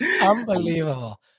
Unbelievable